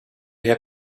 herr